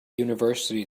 university